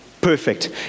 perfect